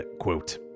quote